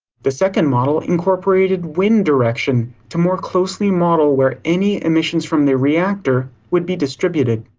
the second model incorporated wind direction to more closely model where any emissions from the reactor would be distributed.